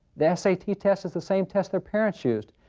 the s a t. test is the same test their parents used.